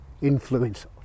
influence